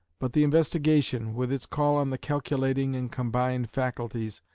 but the investigation, with its call on the calculating and combining faculties,